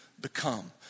become